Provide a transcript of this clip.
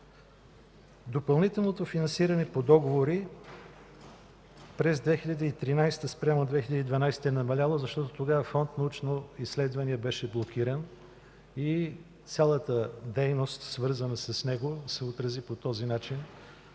Допълнителното финансиране по договори през 2013 г. спрямо 2012 г. е намаляло, защото тогава Фонд „Научни изследвания” беше блокиран и цялата дейност, свързана с него, се отрази по този начин